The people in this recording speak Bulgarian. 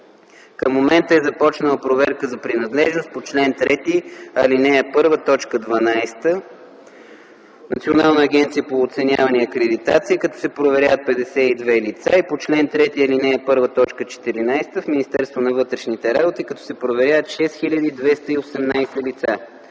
Към момента е започната проверка за принадлежност по чл. 3, ал. 1, т. 12 – Национална агенция по оценяване и акредитация, като се проверяват 52 лица, и по чл. 3, ал. 1, т. 14 - в Министерството на вътрешните работи, като се проверяват 6218 лица.